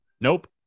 Nope